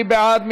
מי בעד?